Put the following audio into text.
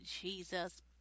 Jesus